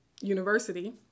university